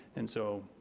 and so,